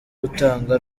gutanga